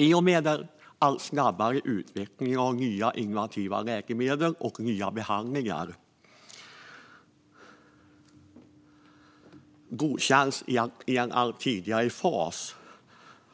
I och med den allt snabbare utvecklingen av nya och innovativa läkemedel och att nya behandlingar godkänns i en allt tidigare fas